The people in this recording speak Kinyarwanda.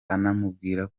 anamubwira